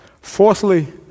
Fourthly